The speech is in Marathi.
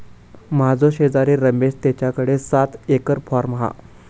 माझो शेजारी रमेश तेच्याकडे सात एकर हॉर्म हा